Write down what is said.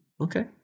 Okay